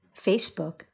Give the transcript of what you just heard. Facebook